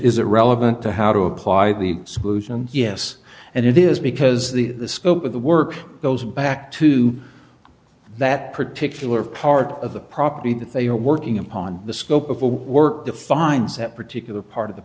is irrelevant to how to apply the solution yes and it is because the scope of the work goes back to that particular part of the property that they are working upon the scope of work defines that particular part of the